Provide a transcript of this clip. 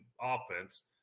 offense